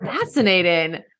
fascinating